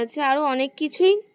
হচ্ছে আরও অনেক কিছুই